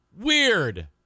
weird